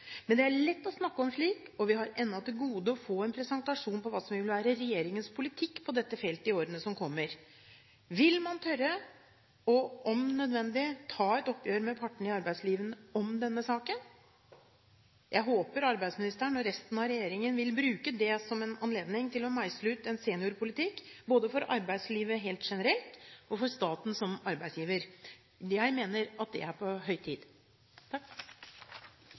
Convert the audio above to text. Men det er lett å snakke om slikt, og vi har ennå til gode å få en presentasjon av hva som vil være regjeringens politikk på dette feltet i årene som kommer. Vil man – om nødvendig – tørre å ta et oppgjør med partene i arbeidslivet om denne saken? Jeg håper arbeidsministeren og resten av regjeringen vil bruke det som en anledning til å meisle ut en seniorpolitikk – både for arbeidslivet helt generelt og for staten som arbeidsgiver. Jeg mener at det er på høy tid.